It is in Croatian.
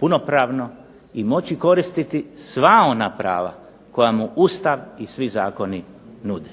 punopravno i moći koristiti sva ona prava koja mu Ustav i svi zakoni nude.